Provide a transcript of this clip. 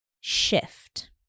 shift